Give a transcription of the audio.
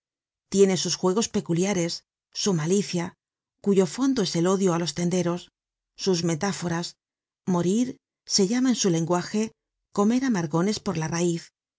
tiene sus juegos peculiares su malicia cuyo fondo es el odio á los tenderos sus metáforas morir se llama en su lenguaje comer amargones por la raiz